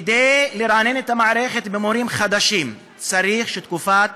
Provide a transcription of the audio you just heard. כדי לרענן את המערכת במורים חדשים, צריך שתקופת